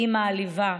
היא מעליבה".